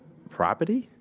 property?